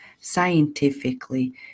scientifically